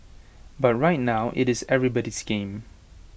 but right now IT is everybody's game